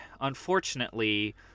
unfortunately